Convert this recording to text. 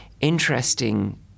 interesting